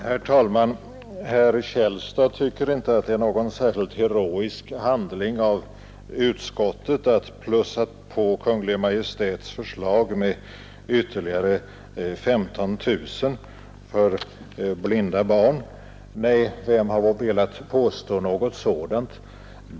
Herr talman! Herr Källstad tycker inte att det är någon särskilt heroisk handling av utskottet att plussa på Kungl. Maj:ts förslag med ytterligare 15 000 kronor för blinda barn. Nej, vem har velat påstå något sådant?